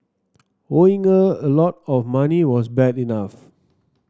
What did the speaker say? owing her a lot of money was bad enough